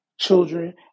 children